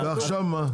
ועכשיו מה?